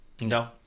No